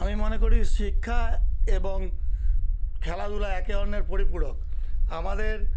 আমি মনে করি শিক্ষা এবং খেলাধুলা একে অন্যের পরিপূরক আমাদের